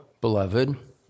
beloved